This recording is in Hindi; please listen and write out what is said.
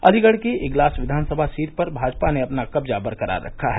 अलीगढ़ की इग्लास विधानसभा सीट पर भाजपा ने अपना कब्जा बरकरार रखा है